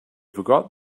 forgot